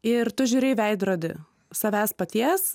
ir tu žiūri į veidrodį savęs paties